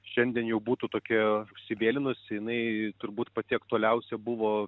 šiandien jau būtų tokia užsivėlinusi jinai turbūt pati aktualiausia buvo